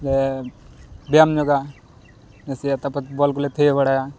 ᱞᱮ ᱵᱮᱭᱟᱢᱧᱚᱜᱟ ᱱᱟᱥᱮᱭᱟᱜ ᱛᱟᱯᱚᱨ ᱵᱚᱞᱠᱚᱞᱮ ᱛᱷᱤᱭᱟᱹ ᱵᱟᱲᱟᱭᱟ